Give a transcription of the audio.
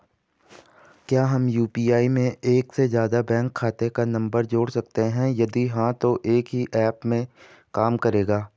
क्या हम यु.पी.आई में एक से ज़्यादा बैंक खाते का नम्बर जोड़ सकते हैं यदि हाँ तो एक ही ऐप में काम करेगा?